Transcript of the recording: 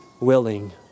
willing